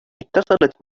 اتصلت